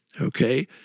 okay